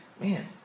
man